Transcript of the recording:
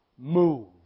Move